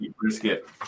Brisket